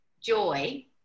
joy